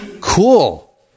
Cool